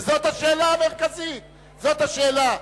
וזאת השאלה המרכזית, זאת השאלה.